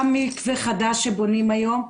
גם מקווה חדש שבונים היום,